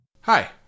Hi